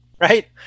right